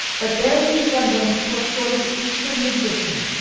but bearing resemblance to a sort of eastern magician,